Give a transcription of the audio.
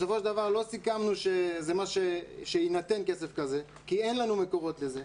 בסופו של דבר לא סיכמנו שיינתן כסף כזה כי אין לנו מקורות לזה.